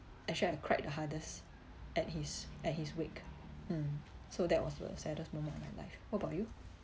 actually I cried the hardest at his at his wake mm so that was the saddest moment in my life what about you